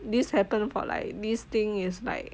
this happened for like this thing is like